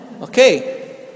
Okay